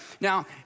Now